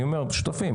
אני אומר, שותפים.